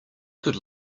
could